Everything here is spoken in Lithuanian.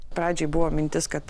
pradžiai buvo mintis kad